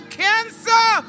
cancer